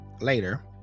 later